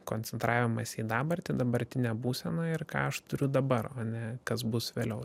koncentravimąsi į dabartį dabartinę būseną ir ką aš turiu dabar o ne kas bus vėliau